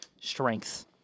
strength